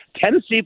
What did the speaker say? Tennessee